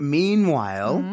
meanwhile